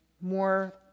more